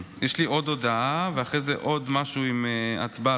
יש לי עוד הודעה, ואחרי זה עוד משהו עם הצבעה.